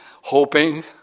Hoping